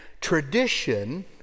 Tradition